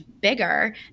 bigger